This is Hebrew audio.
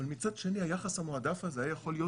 אבל מצד שני היחס המועדף הזה היה יכול להיות